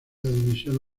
división